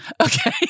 Okay